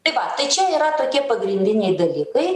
tai va tai čia yra tokie pagrindiniai dalykai